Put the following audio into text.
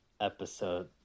episode